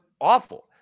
awful